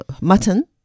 mutton